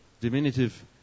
diminutive